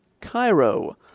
Cairo